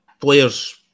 players